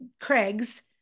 Craig's